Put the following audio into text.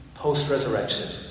post-resurrection